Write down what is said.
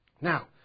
Now